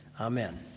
Amen